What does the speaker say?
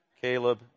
caleb